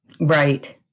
Right